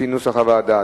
כנוסח הוועדה.